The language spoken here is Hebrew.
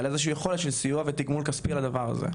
לתגמול כספי מסוים בסיוע בדבר הזה.